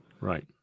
right